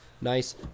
Nice